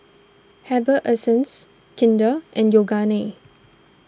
Herbal Essences Kinder and Yoogane